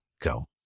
go